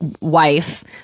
wife